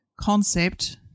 concept